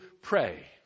pray